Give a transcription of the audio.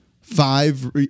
Five